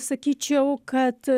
sakyčiau kad